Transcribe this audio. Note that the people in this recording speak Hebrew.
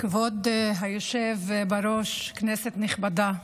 כבוד היושב בראש, כנסת נכבדה,